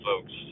Folks